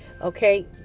okay